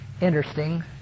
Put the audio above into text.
interesting